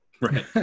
Right